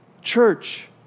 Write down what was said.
church